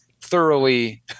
thoroughly